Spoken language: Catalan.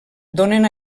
donen